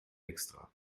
extra